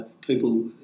People